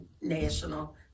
National